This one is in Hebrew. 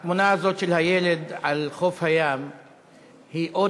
התמונה הזאת של הילד על חוף הים היא אות